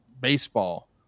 baseball